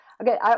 okay